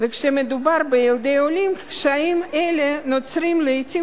וכשמדובר בילדי עולים קשיים אלה נוצרים לעתים